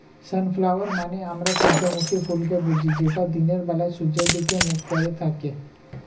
sunflower মানে আমরা সূর্যমুখী ফুলকে বুঝি যেটা দিনের বেলায় সূর্যের দিকে মুখ করে থাকে